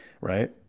right